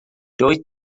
doedd